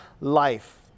life